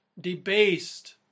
debased